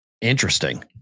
Interesting